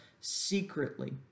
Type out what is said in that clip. secretly